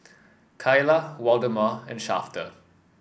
Kaila Waldemar and Shafter